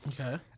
okay